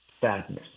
sadness